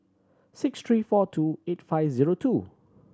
six three four two eight five zero two